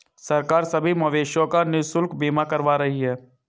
सरकार सभी मवेशियों का निशुल्क बीमा करवा रही है